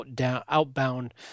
outbound